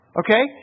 okay